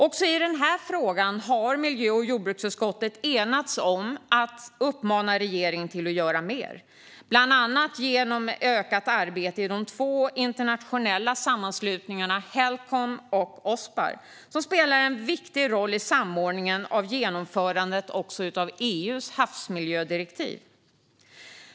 Också i denna fråga har miljö och jordbruksutskottet enats om att uppmana regeringen att göra mer, bland annat genom ökat arbete i de två internationella sammanslutningarna Helcom och Ospar, som också spelar en viktig roll i samordningen av genomförandet av EU:s havsmiljödirektiv.